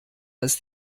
ist